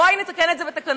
בואי נתקן את זה בתקנות.